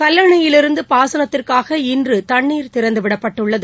கல்லணையிலிருந்து பாசனத்திற்காக இன்று தண்ணீர் திறந்துவிடப்பட்டுள்ளது